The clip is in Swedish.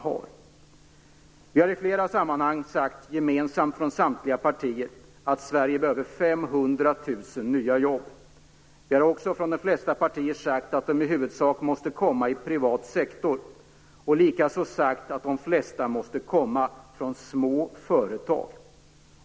Från samtliga partier har det i flera sammanhang sagts att Sverige behöver 500 000 nya jobb. De flesta partier har också sagt att dessa i huvudsak måste skapas i den privata sektorn och i små företag.